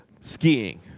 skiing